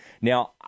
Now